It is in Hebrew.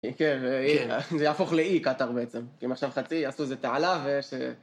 כן, זה יהפוך לאי קטאר בעצם. אם עכשיו חצי, יעשו איזה תעלה ו... ש...